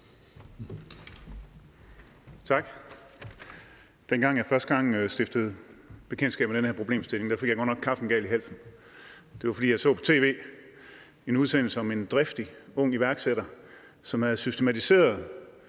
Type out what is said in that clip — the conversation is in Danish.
Tak. Dengang jeg første gang stiftede bekendtskab med den her problemstilling, fik jeg godt nok kaffen galt i halsen. Det var, fordi jeg på tv så en udsendelse om en driftig ung iværksætter, som havde systematiseret